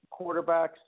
quarterbacks